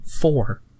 Four